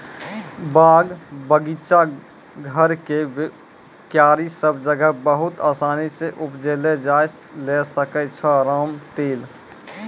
बाग, बगीचा, घर के क्यारी सब जगह बहुत आसानी सॅ उपजैलो जाय ल सकै छो रामतिल